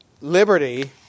liberty